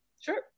sure